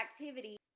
activity